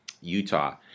Utah